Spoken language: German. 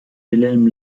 wilhelm